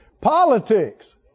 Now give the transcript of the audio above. Politics